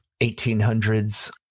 1800s